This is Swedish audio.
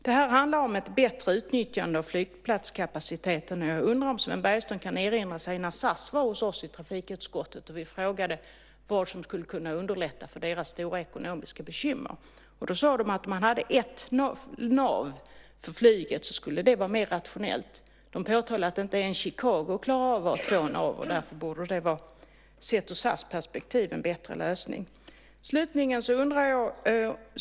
Det handlar om ett bättre utnyttjande av flygplatskapaciteten. Jag undrar om Sven Bergström kan erinra sig när Sas var hos oss i trafikutskottet. Vi frågade vad som skulle underlätta för dem sett till deras stora ekonomiska bekymmer. De sade att om man hade ett nav för flyget skulle det vara mer rationellt. De påtalade att inte ens Chicago klarar av att ha två nav. Därför borde det sett ur Sas perspektiv vara en bättre lösning. Slutligen har jag en undran.